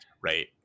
right